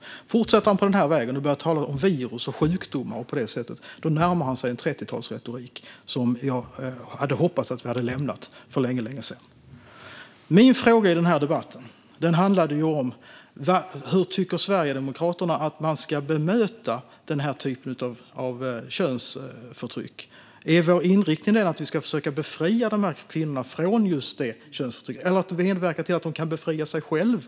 Om han fortsätter på denna väg och talar om virus och sjukdomar närmar han sig 30-talets retorik, som jag hoppades att vi hade lämnat för länge sedan. Min fråga i debatten handlade om hur Sverigedemokraterna tycker att man ska bemöta detta slags könsförtryck. Är inriktningen att vi ska försöka befria dessa kvinnor från könsförtrycket eller medverka till att de kan befria sig själva?